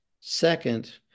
Second